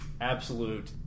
Absolute